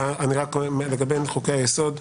לגבי חוקי היסוד,